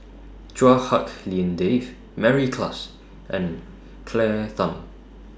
Chua Hak Lien Dave Mary Klass and Claire Tham